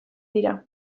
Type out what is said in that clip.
dira